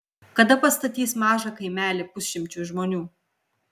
kada pastatys mažą kaimelį pusšimčiui žmonių